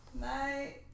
Night